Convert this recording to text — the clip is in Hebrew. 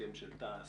בהסכם של תע"ש